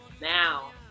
now